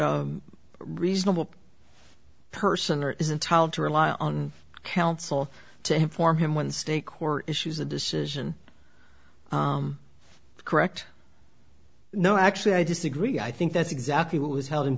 reasonable person or isn't told to rely on counsel to inform him when state court issues a decision correct no actually i disagree i think that's exactly what was held in